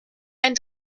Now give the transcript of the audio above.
ein